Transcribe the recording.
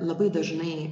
labai dažnai